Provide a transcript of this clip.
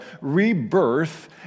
rebirth